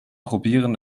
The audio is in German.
probieren